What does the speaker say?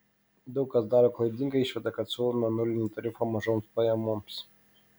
daug kas daro klaidingą išvadą kad siūlome nulinį tarifą mažoms pajamoms